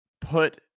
put